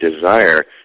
desire